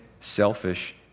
selfish